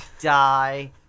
die